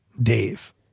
Dave